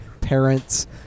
parents